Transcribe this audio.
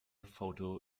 photo